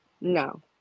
No